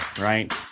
right